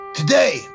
Today